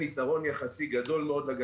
דיון חשוב מאוד בסוגיית הרשויות המקומיות